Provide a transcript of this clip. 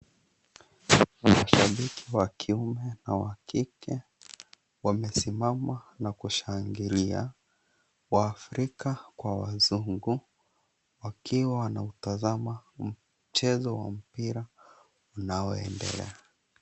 Mashabiki wa kiume na wa kike wamesimama na kushangilia waafrika kwa wazungu wakiwa wanautazama mchezo wa mpira unaoendelea.